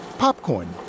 Popcorn